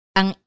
ang